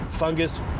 fungus